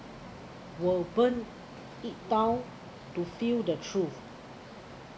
will burn it down to feel the truth